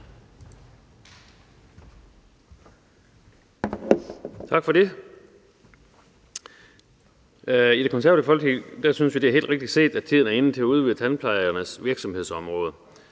Tak for det. I Det Konservative Folkeparti synes vi, det er helt rigtigt set, at tiden er inde til at udvide tandplejernes virksomhedsområde.